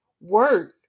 work